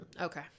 Okay